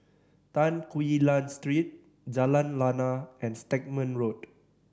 Tan Quee Lan Street Jalan Lana and Stagmont Road